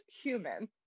human